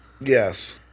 Yes